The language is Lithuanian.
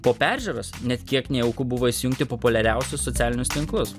po peržiūros net kiek nejauku buvo įsijungti populiariausius socialinius tinklus